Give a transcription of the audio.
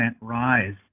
rise